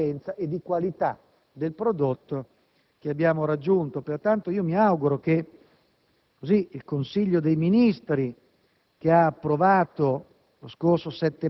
nella filiera, di trasparenza e di qualità del prodotto che abbiamo raggiunto. Pertanto, mi auguro che il Consiglio dei ministri,